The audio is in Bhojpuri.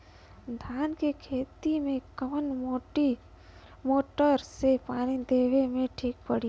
धान के खेती मे कवन मोटर से पानी देवे मे ठीक पड़ी?